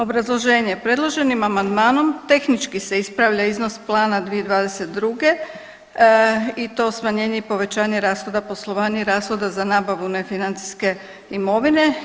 Obrazloženje, predloženim amandmanom tehnički se ispravlja iznos plana 2022. i to smanjenje i povećanje rashoda poslovanja i rashoda za nabavu nefinancijske imovine.